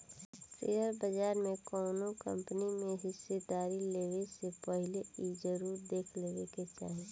share बाजार में कौनो कंपनी में हिस्सेदारी लेबे से पहिले इ जरुर देख लेबे के चाही